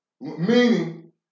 Meaning